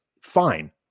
Fine